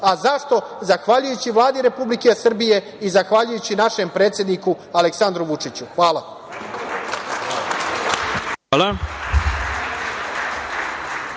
Zašto? Zahvaljujući Vladi Republike Srbije i zahvaljujući našem predsedniku Aleksandru Vučiću. Hvala.